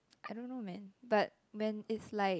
I don't know man but when is like